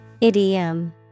Idiom